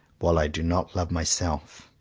while i do not love myself.